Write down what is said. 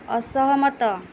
ଅସହମତ